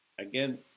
again